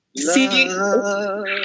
Love